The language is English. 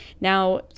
Now